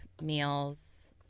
meals